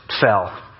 fell